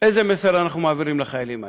איזה מסר אנחנו מעבירים לחיילים האלה?